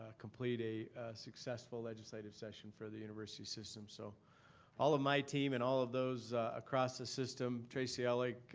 ah complete a successful legislative session for the university system. so all of my team and all of those across the system, tracy ellig,